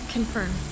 Confirm